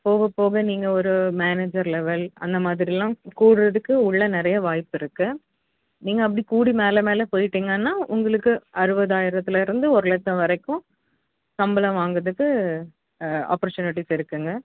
போக போக நீங்கள் ஒரு மேனேஜர் லெவல் அந்த மாதிரி எல்லாம் கூடுகிறதுக்கு உள்ளே நிறைய வாய்ப்பு இருக்குது நீங்கள் அப்படி கூடி மேலே மேலே போய்விட்டீங்கன்னா உங்களுக்கு அறுபதாயிரத்துல இருந்து ஒரு லட்சம் வரைக்கும் சம்பளம் வாங்குகிறதுக்கு ஆப்பர்ச்சுனேட்டிஸ் இருக்குதுங்க